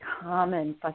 common